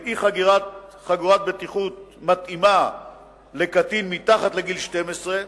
של אי-חגירת חגורת בטיחות מתאימה לקטין מתחת לגיל 12,